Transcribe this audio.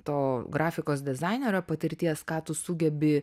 to grafikos dizainerio patirties ką tu sugebi